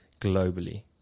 Globally